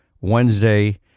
Wednesday